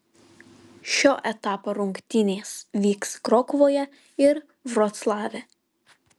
šio etapo rungtynės vyks krokuvoje ir vroclave